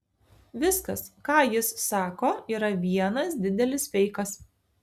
viskas ką jis sako yra vienas didelis feikas